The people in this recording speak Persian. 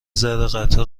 ذره٬قطره